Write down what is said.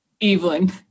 Evelyn